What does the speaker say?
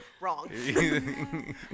wrong